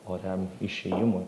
oriam išėjimui